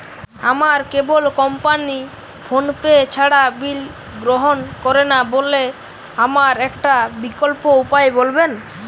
আমার cable company PhonePe ছাড়া bill গ্রহণ করে না বলে আমার একটা বিকল্প উপায় বলবেন?